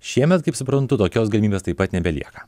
šiemet kaip suprantu tokios galimybės taip pat nebelieka